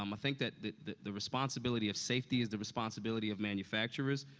um i think that that the the responsibility of safety is the responsibility of manufacturers,